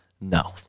No